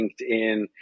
LinkedIn